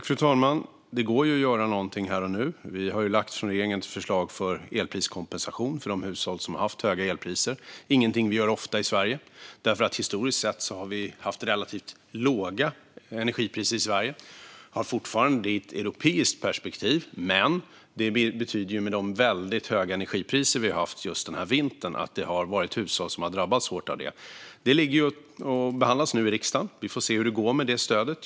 Fru talman! Det går att göra något här och nu. Vi har från regeringen lagt fram ett förslag om elpriskompensation för de hushåll som har haft höga elpriser. Detta är inget vi gör ofta i Sverige, för historiskt sett har vi haft relativt låga energipriser i Sverige. Det har vi fortfarande i ett europeiskt perspektiv, men med de väldigt höga energipriser vi har haft just denna vinter har det funnits hushåll som har drabbats hårt. Förslaget behandlas nu i riksdagen, och vi får se hur det går med det stödet.